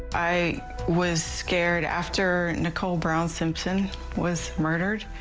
i was scared after nicole brown simpson was murdered.